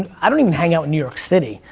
i don't even hang out in new york city,